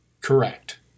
correct